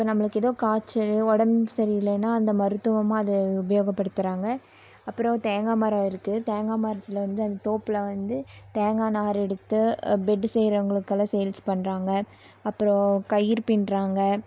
இப்போது நம்மளுக்கு ஏதோ காய்ச்சல் உடம்பு சரி இல்லேன்னா அந்த மருத்துவமா அதை உபயோக படுத்துகிறாங்க அப்பறம் தேங்காய் மரம் இருக்கு தேங்காய் மரத்தில் வந்து அந்த தோப்பில் வந்து தேங்காய் நார் எடுத்து பெட்டு செய்றவங்களுக்கெல்லாம் சேல்ஸ் பண்ணுறாங்க அப்றம் கயிறு பின்னுறாங்க